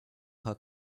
her